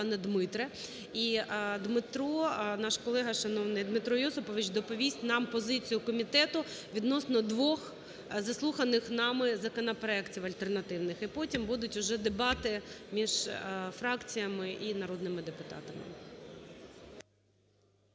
Дмитро Йосипович доповість нам позицію комітету відносно двох заслуханих нами законопроектів, альтернативних, і потім будуть вже дебати між фракціями і народними депутатами.